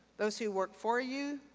those who work for you,